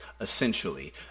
essentially